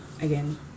again